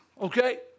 Okay